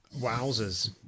Wowzers